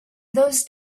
those